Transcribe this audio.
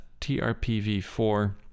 trpv4